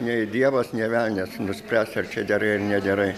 nei dievas nei velnias nuspręs ar čia gerai ar negerai